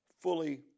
fully